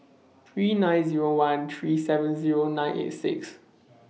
three nine Zero one three seven Zero nine eight six